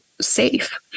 safe